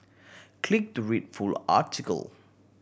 click to read full article